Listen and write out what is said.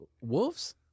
Wolves